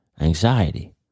anxiety